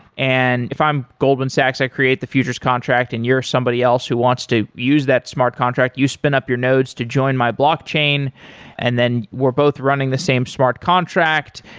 and if i am goldman sachs, i create the future's contract and you're somebody else who wants to use that smart contract, you spin up your nodes to join my blockchain and then we're both running the same smart contract.